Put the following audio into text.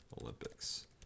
Olympics